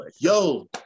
Yo